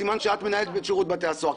סימן שאת מנהלת את שירות בתי הסוהר.